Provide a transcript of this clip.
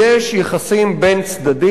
יש יחסים בין צדדים,